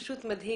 זה פשוט מדהים.